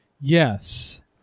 Yes